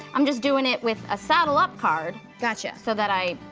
i'm just doin' it with a saddle up card. gotcha. so that i,